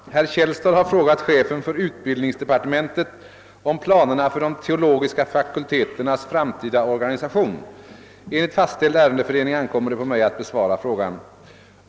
Herr talman! Herr Källstad har frågat chefen för utbildningsdepartementet om planerna för de teologiska fakulteternas framtida organisation. Enligt fastställd ärendefördelning ankommer det på mig att besvara frågan.